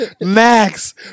Max